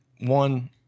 one